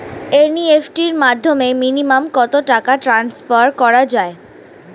NEFT র মাধ্যমে minimum কত টাকা ট্রান্সফার করা যায়?